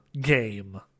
game